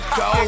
go